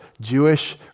Jewish